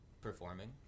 performing